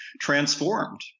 transformed